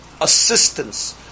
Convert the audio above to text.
assistance